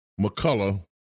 McCullough